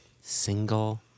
Single